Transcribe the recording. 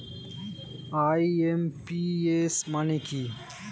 IMPS মানে কি?